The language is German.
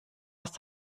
ist